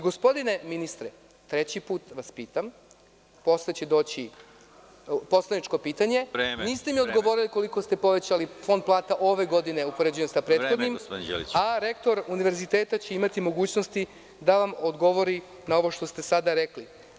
Gospodine ministre, treći put vas pitam, posle će doći poslaničko pitanje, niste mi odgovorili koliko ste povećali fond plata ove godine upoređene sa prethodnim, a rektor Univerziteta će imati mogućnosti da vam odgovori na ovo što ste sada rekli.